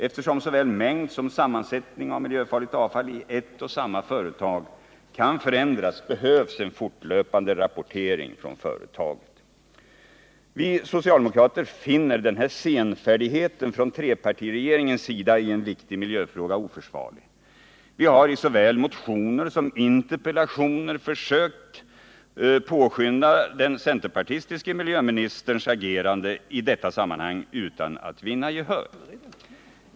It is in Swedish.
Eftersom såväl mängd som sammansättning av miljöfarligt avfall i ett och samma företag kan förändras, behövs en fortlöpande rapportering från företaget. Vi socialdemokrater finner den här senfärdigheten från trepartiregeringens sida i en viktig miljöfråga oförsvarlig. Vi har genom såväl motioner som interpellationer försökt påskynda den centerpartistiske miljöministerns agerande i detta sammanhang utan att vinna gehör.